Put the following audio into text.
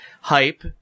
Hype